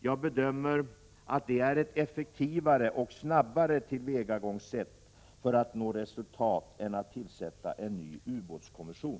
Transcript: Jag bedömer att det är ett effektivare och snabbare tillvägagångssätt för att nå resultat än att tillsätta en ny ubåtskommission.